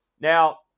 Now